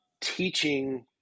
teaching